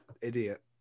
Idiot